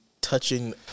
touching